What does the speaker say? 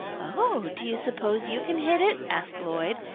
oh, do you suppose you can hit it? asked lloyd,